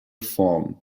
form